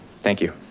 thank you.